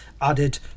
added